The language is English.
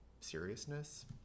seriousness